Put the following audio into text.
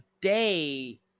day